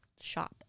shop